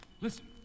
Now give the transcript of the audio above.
listen